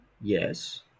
yes